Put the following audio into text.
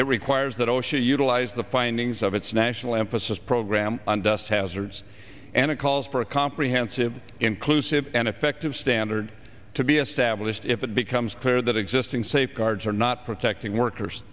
it requires that osha utilize the findings of its national emphasis program on dust hazards and it calls for a comprehensive inclusive and effective standard to be established if it becomes clear that existing safeguards are not protecting workers